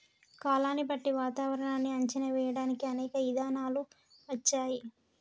కాలాన్ని బట్టి వాతావరనాన్ని అంచనా వేయడానికి అనేక ఇధానాలు వచ్చాయి